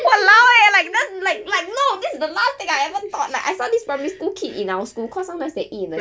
!walao! eh like that's like like no this is the last thing I ever thought like I saw this primary school kid in our school cause sometimes they eat in the school